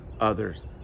others